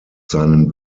seinen